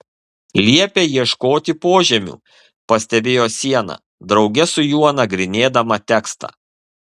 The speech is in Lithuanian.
liepia ieškoti požemių pastebėjo siena drauge su juo nagrinėdama tekstą